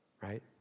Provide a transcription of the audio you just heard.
Right